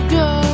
go